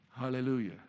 hallelujah